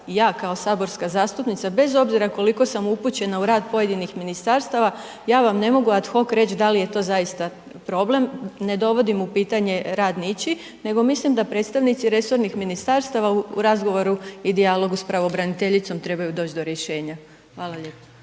ja kao saborska zastupnica, bez obzira koliko sam upućena u rad pojedinih ministarstava, ja vam ne mogu ad hok reć da li je to zaista problem, ne dovodim u pitanje rad ničiji, nego mislim da predstavnici resornih ministarstava u razgovoru i dijalogu s pravobraniteljicom trebaju doć do rješenja. Hvala lijepo.